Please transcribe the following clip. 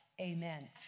Amen